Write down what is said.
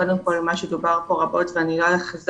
קודם כל מה את מה שדובר פה רבות ואני לא אחזור,